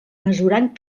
mesurant